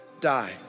die